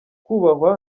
kubahwa